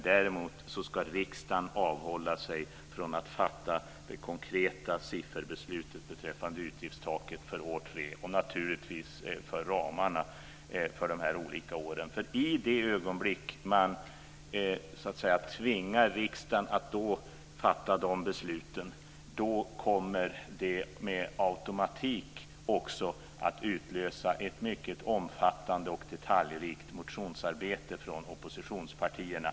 Däremot ska riksdagen avhålla sig från att fatta det konkreta sifferbeslutet beträffande utgiftstaket för år 3 och även ramarna för de olika åren. I det ögonblick man tvingar riksdagen att fatta de besluten innebär det med automatik att ett mycket omfattande och detaljrikt motionsarbete utlöses hos oppositionspartierna.